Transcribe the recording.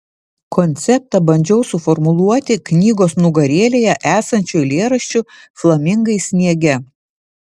konceptą bandžiau suformuluoti knygos nugarėlėje esančiu eilėraščiu flamingai sniege